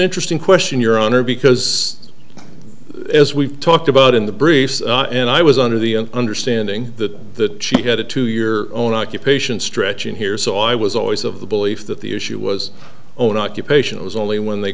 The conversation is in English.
interesting question your honor because as we've talked about in the briefs and i was under the understanding that she had a two year own occupation stretching here so i was always of the belief that the issue was own occupation it was only when they